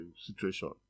situation